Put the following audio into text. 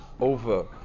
over